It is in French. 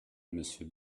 monsieur